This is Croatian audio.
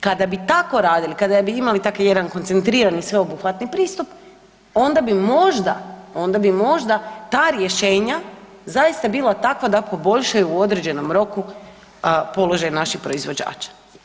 Kada bi tako radili, kada bi imali tako jedan koncentrirani i sveobuhvatni pristup, onda bi možda ta rješenja zaista bila takva da poboljšaju u određenom roku položaj naših proizvođača.